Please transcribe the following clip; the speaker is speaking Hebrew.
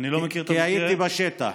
הייתי בשטח.